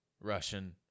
Russian